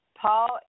Paul